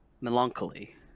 Melancholy